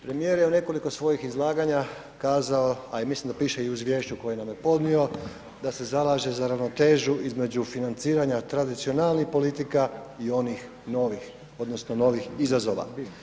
Premijer je u nekoliko svojih izlaganja kazao a i mislim da piše u izvješću koje nam je podnio da se zalaže za ravnotežu između financiranja tradicionalnih politika i onih novih, odnosno novih izazova.